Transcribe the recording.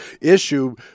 issue